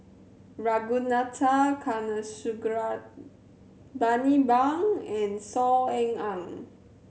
Ragunathar Kanagasuntheram Bani Buang and Saw Ean Ang